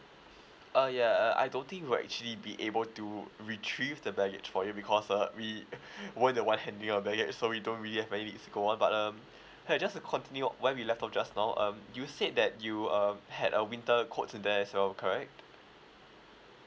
uh ya uh I don't think we'll actually be able to retrieve the baggage for you because uh we weren't the one handling your baggage so we don't really have any it's gone but um !hey! just to continue where we left off just now um you said that you um had a winter coats in there as well correct